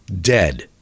dead